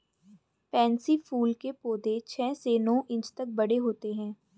pansy फूल के पौधे छह से नौ इंच तक बड़े होते हैं